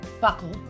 buckle